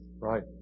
Right